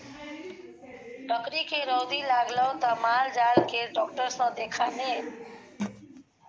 बकरीके रौदी लागलौ त माल जाल केर डाक्टर सँ देखा ने